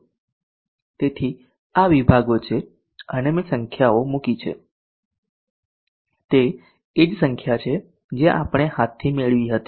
તેથી આ વિભાગો છે અને મેં સંખ્યાઓ મૂકી છે તે એજ સંખ્યા છે જે આપણે હાથથી મેળવી હતી